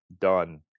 done